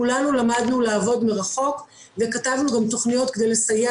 כולנו למדנו לעבוד מרחוק וכתבנו גם תכניות כדי לסייע